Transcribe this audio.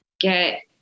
get